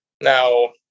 Now